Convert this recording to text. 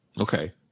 okay